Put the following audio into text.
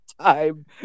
time